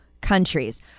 countries